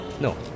No